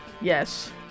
Yes